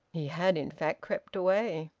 he had in fact crept away.